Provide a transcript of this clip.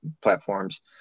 platforms